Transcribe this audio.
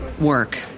work